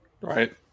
Right